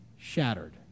shattered